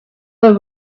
their